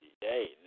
Hey